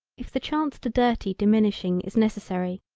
if the chance to dirty diminishing is necessary,